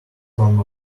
form